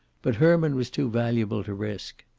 but herman was too valuable to risk.